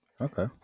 okay